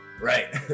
right